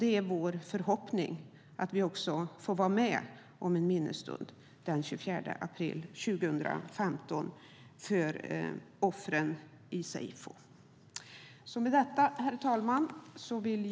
Det är vår förhoppning att vi får vara med om en minnesstund den 24 april 2015 för offren i seyfo. Herr talman!